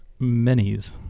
minis